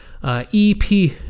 EP